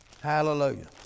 Hallelujah